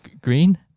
green